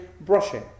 brushing